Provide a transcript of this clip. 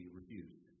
refused